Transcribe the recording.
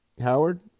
Howard